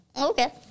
okay